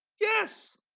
Yes